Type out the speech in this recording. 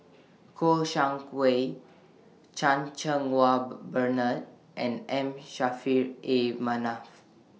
Kouo Shang Wei Chan Cheng Wah Bernard and M Saffri A Manaf